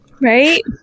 Right